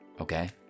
Okay